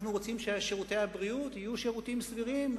אנחנו רוצים ששירותי הבריאות יהיו שירותים סבירים,